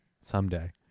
Someday